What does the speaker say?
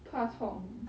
怕痛